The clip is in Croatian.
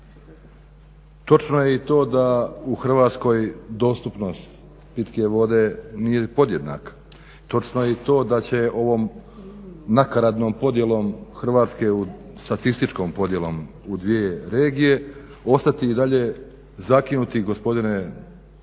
Točno je i to da u Hrvatskoj dostupnost pitke vode nije podjednaka, točno je i to da će ovom nakaradnom podjelom Hrvatske u, statističkom podjelom, u dvije regije ostati i dalje zakinuti. Gospodine zamjeniče